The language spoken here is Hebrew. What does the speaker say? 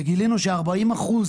וגילינו ש-40 אחוז